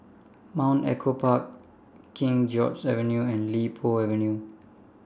Mount Echo Park King George's Avenue and Li Po Avenue